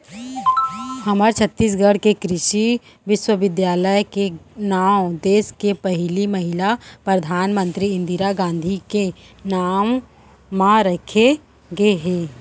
हमर छत्तीसगढ़ के कृषि बिस्वबिद्यालय के नांव देस के पहिली महिला परधानमंतरी इंदिरा गांधी के नांव म राखे गे हे